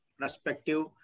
perspective